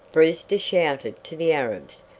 brewster shouted to the arabs.